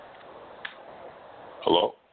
Hello